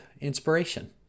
inspiration